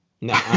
No